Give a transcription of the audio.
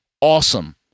awesome